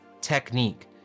technique